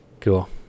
Cool